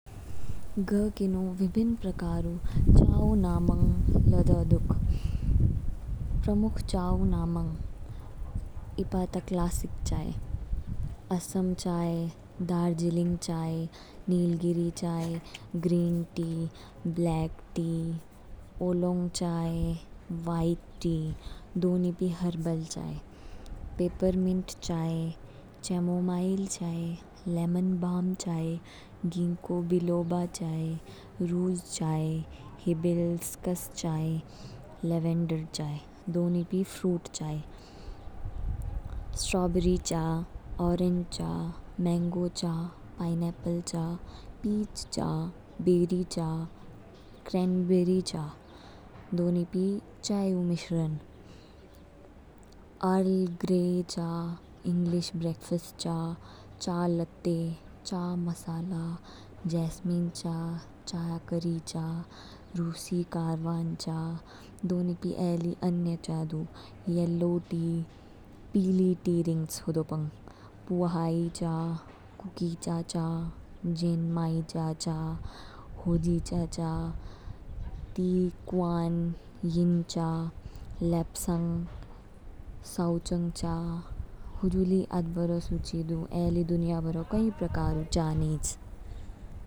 ग किनु विभिन्न प्रकार ऊ चा ऊ नामांग लोदोउक, प्रमुख चा ऊ नामांग, ईपा ताक्लासिक चा, असम चाय, दार्जिलिंग चाय, नीलगिरी चाय। Green tea, black T, oolong चाय, व्हाइट टी। दो निपी हर्बल चाय, हर्बल चाय, पेपरमिंट चाय, चैमोमाइल चाय। लेमन बाम चाय, गिंको बिलोबा चाय, रूज़ चाय, हिबिस्कस चाय, लैवेंडर चाय। फ्रूट चाय, स्ट्रॉबेरी चा, ऑरेंज चा, मैंगो चा, पाइनएप्पल चा। पीच चा, बेरी चा, क्रैनबेरी चा। चाय ऊ मिश्रण, अर्लग्रे चा, इंग्लिश ब्रेकफास्ट चा, चा लत्ते। चाय मसाला, जैस्मीन चा, चाई करी चाय, रूसी कारवान चाय। अन्य चाय, येलो टी पीली टी रिंगच होदो पंग, पुआर्ह चा, कुकीचा चा। जेन्माईचा चा, होजीचा चा, ती कुआन यिन चा, लैपसांग साऊचांग चा। हुजु ली आध्बोरो सूची दू, ए ली दुनिया भरो कई प्रकारों चा नीच।